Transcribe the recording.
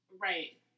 Right